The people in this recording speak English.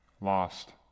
Lost